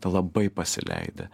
labai pasileidę